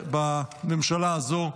בממשלה הזאת,